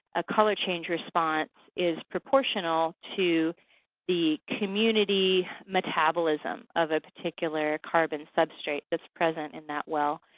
a color change response is proportional to the community metabolism of a particular carbon substrate that's present in that well.